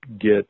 get